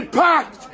packed